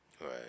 right